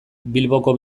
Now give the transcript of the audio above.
bilboko